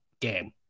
game